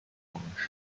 方式